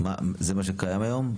זה מה שקיים היום,